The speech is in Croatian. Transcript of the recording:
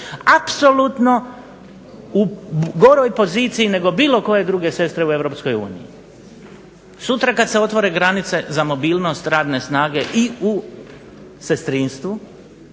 apsolutno u goroj poziciji nego bilo koje druge sestre u Europskoj uniji. Sutra kad se otvore granice za mobilnost radne snage i u sestrinstvu,